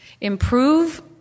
Improve